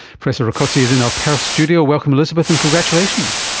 professor rakoczy is in our perth studio. welcome elizabeth, and congratulations.